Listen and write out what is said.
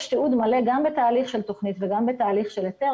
תיעוד מלא גם בתהליך של תוכנית וגם בתהליך של היתר